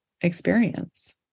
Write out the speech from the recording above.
experience